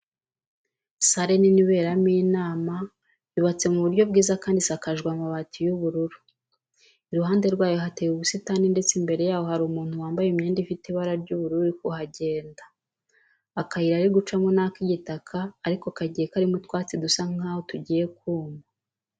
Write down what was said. Sare nini iberamo inama yubatse mu buryo bwiza kandi isakajwe amabati y'ubururu, iruhande rwayo hateye ubusitani ndetse imbere yayo hari umuntu wambaye imyenda ifite ibara ry'ubururu uri kuhagenda. Akayira ari gucamo ni ak'igitaka ariko kagiye karimo utwatsi dusa nkaho tugiye kuma.